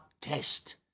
test